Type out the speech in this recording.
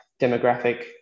demographic